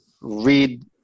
read